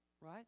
right